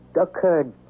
occurred